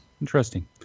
interesting